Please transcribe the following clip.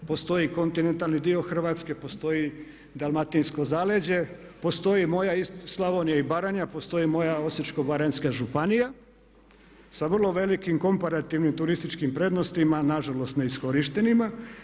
Postoji kontinentalni dio Hrvatske, postoji dalmatinsko zaleđe, postoji moja Slavonija i Baranja, postoji moja Osječko-baranjska županija sa vrlo velikim komparativnim turističkim prednostima nažalost neiskorištenima.